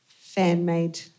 fan-made